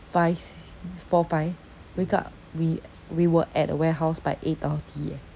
five s~ four five wake up we we were at the warehouse by eight thirty eh